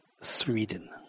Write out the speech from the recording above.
Sweden